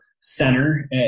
center